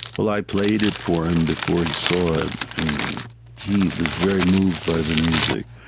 well, i played it for him before he saw it, and he was very moved by the music.